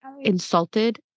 insulted